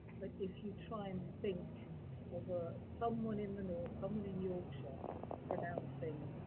but, if you try and think of ah someone in the north, someone in yorkshire pronouncing